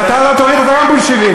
אם אתה לא תוריד, גם אתה בולשביק.